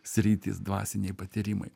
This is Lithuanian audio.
sritys dvasiniai patyrimai